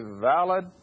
valid